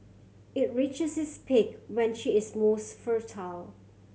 it reaches its peak when she is most fertile